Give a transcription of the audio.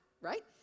Right